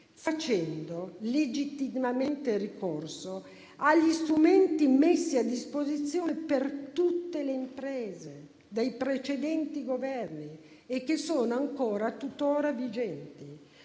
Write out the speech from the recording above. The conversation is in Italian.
facendo legittimamente ricorso agli strumenti messi a disposizione di tutte le imprese dai precedenti Governi e che sono ancora tuttora vigenti.